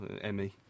Emmy